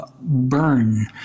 burn